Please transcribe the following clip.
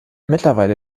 mittlerweile